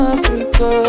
Africa